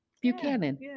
Buchanan